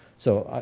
so,